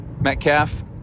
Metcalf